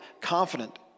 confident